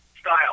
style